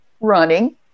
running